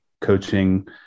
coaching